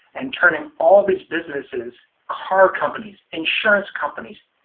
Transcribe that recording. and turning all these businesses, car companies, insurance companies,